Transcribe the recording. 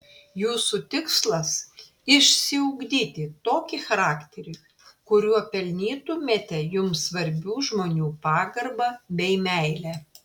jūsų tikslas išsiugdyti tokį charakterį kuriuo pelnytumėte jums svarbių žmonių pagarbą bei meilę